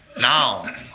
now